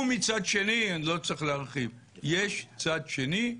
ומצד שני אני לא צריך להרחיב יש צד שני,